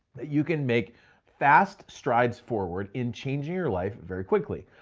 you can make fast strides forward in changing your life very quickly.